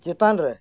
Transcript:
ᱪᱮᱛᱟᱱ ᱨᱮ